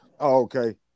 okay